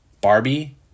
Barbie